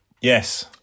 Yes